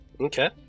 Okay